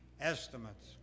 estimates